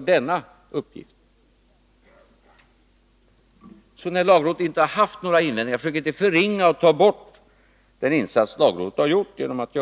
denna uppgift. Försök alltså inte förringa den insats som lagrådet har gjort.